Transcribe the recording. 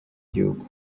gihugu